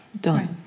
done